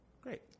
great